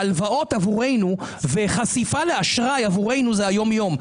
ההלוואות והחשיפה לאשראי עבורנו זה היום-יום.